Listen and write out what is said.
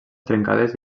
trencades